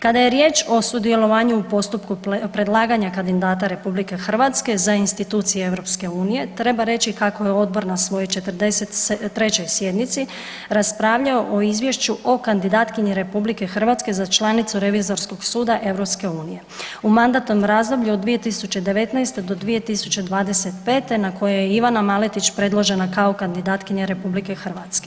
Kada je riječ o sudjelovanju postupku predlaganja kandidata RH za institucije EU-a, treba reći kako je odbor na svojoj 43. sjednici raspravljao o izvješću o kandidatkinji RH za članicu revizorskog suda EU-a u mandatnom razdoblju od 2019. do 2025. na kojem je Ivana Maletić predložena kao kandidatkinja RH.